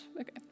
okay